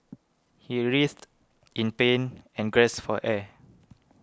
he writhed in pain and gasped for air